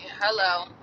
hello